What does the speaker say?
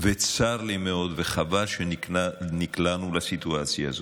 וצר לי מאוד, וחבל שנקלענו לסיטואציה הזאת.